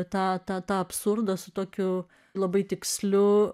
tą tą tą absurdą su tokiu labai tiksliu